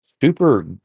super